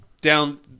down